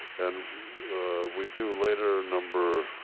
and we do later number